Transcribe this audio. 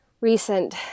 recent